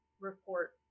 report